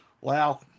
wow